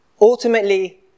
ultimately